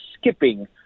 skipping